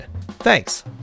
Thanks